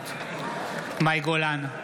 נוכחת מאי גולן,